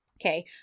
okay